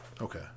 Okay